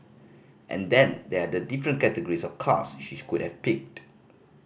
and then there are the different categories of cars she she could have picked